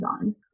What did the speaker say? on